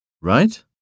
Right